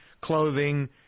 clothing